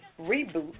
reboot